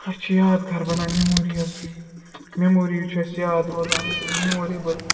اَسہِ چھِ یاد گار بَنان میٚمووریٖز میٚموریٖز چھِ اَسہِ یاد روزان مٮ۪موریبُل